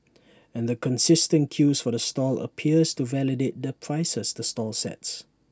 and the consistent queues for the stall appears to validate the prices the stall sets